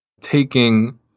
taking